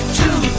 two